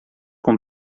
com